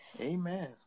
Amen